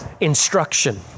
instruction